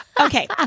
okay